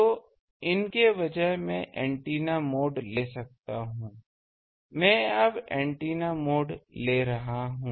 तो इन के बजाय मैं एंटीना मोड ले सकता हूं मैं अब एंटीना मोड ले रहा हूं